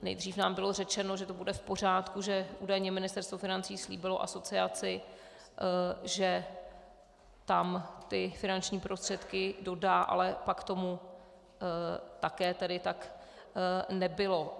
Nejdřív nám bylo řečeno, že to bude v pořádku, že údajně Ministerstvo financí slíbilo asociaci, že tam finanční prostředky dodá, ale pak tomu také tak nebylo.